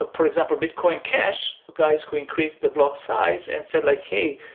ah for example, bitcoin cash, guys who increase the block size and said like, hey,